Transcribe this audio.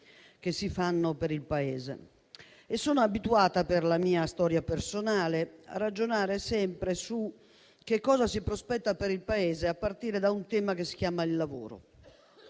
che si fanno per il Paese. Sono abituata, per la mia storia personale, a ragionare sempre su che cosa si prospetta per il Paese, a partire da un tema che si chiama il lavoro: